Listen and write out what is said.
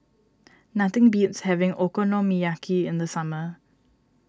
nothing beats having Okonomiyaki in the summer